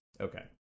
Okay